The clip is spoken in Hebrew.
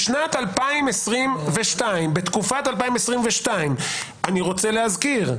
שבשנת 2022, אני רוצה להזכיר: